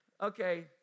Okay